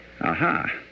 Aha